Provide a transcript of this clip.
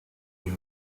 you